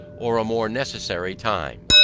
or a more necessary time.